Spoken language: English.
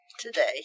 today